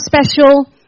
special